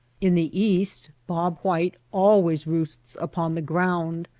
in the east bob white always roosts upon the ground,